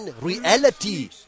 reality